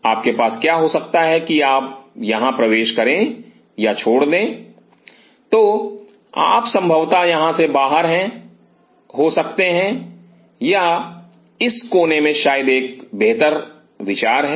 तो आपके पास क्या हो सकता है कि आप यहां प्रवेश करें या छोड़ दें तो आप संभवतः यहाँ से बाहर हो सकते हैं या इस कोने में शायद एक बेहतर विचार है